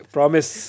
Promise